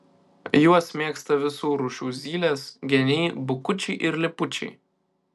juos mėgsta visų rūšių zylės geniai bukučiai ir lipučiai